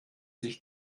sich